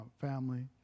family